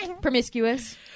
Promiscuous